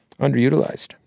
underutilized